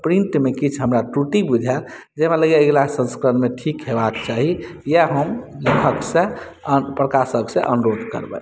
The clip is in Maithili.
प्रिन्टमे किछु हमरा त्रुटि बुझायल जे हमरा लगैया अगला संस्करणमे ठीक होयबाक चाही इएह हम लेखकसँ आ प्रकाशकसँ अनुरोध करबनि